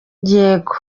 yego